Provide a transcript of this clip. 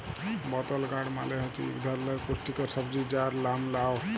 বতল গাড় মালে হছে ইক ধারালের পুস্টিকর সবজি যার লাম লাউ